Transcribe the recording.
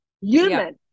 Human